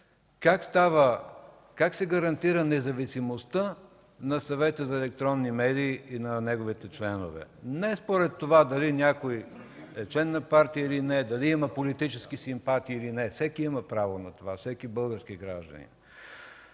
Как се гарантира независимостта на Съвета за електронни медии и на неговите членове? Не според това дали някой е член на партия или не е, дали има политически симпатии или не. Всеки има право на това, всеки български гражданин.